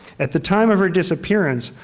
at the time of her disappearance,